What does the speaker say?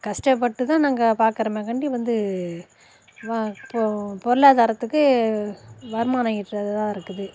கஷ்டப்பட்டு தான் நாங்க பார்க்குறாக்கமாண்டி வந்து வ பொ பொருளாதாரத்துக்கு வருமானம் ஈட்டுறதா இருக்குது